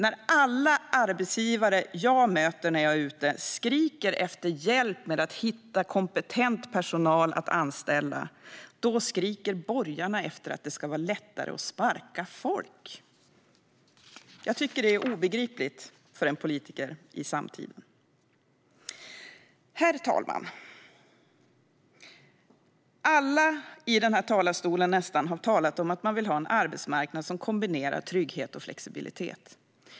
När alla arbetsgivare som jag möter när jag är ute skriker efter hjälp med att hitta kompetent personal att anställa, då skriker borgarna efter att det ska vara lättare att sparka folk. Jag tycker att det är obegripligt för en politiker i samtiden. Herr talman! Nästan alla har i den här talarstolen talat om att man vill ha en arbetsmarknad som kombinerar trygghet och flexibilitet.